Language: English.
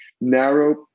narrow